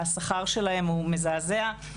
והשכר שלהן הוא מזעזע.